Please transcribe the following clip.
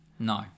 No